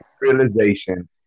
realization